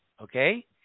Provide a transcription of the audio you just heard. okay